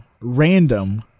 random